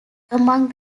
among